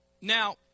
Now